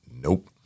nope